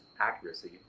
accuracy